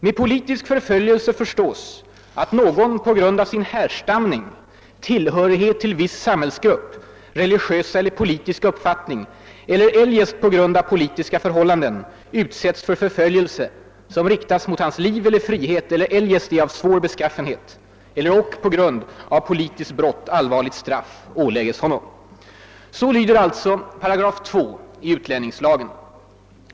Med politisk förföljelse förstås att någon på grund av sin härstamning, tillhörighet till viss samhällsgrupp, religiösa eller politiska uppfattning eller eljest på grund av politiska förhållanden utsättes för förföljelse, som riktar sig mot hans liv eller frihet eller eljest är av svår beskaffenhet, eller ock att på grund av politiskt brott allvarligt straff ålägges honom.» Så lyder alltså 2 § i utlänningslagen.